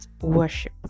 worship